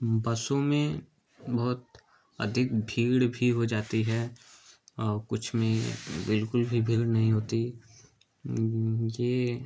बसों में बहुत अधिक भीड़ भी हो जाती है कुछ में बिल्कुल भी भीड़ नहीं होती ये